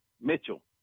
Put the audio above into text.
Mitchell